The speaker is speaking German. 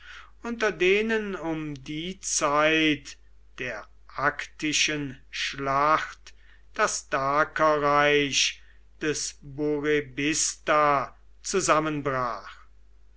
unter denen um die zeit der actischen schlacht das dakerreich des burebista zusammenbrach